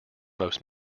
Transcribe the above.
most